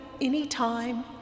anytime